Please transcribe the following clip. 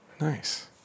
Nice